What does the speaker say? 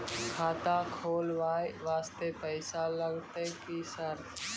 खाता खोलबाय वास्ते पैसो लगते की सर?